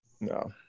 No